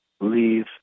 leave